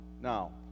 Now